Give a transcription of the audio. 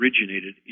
originated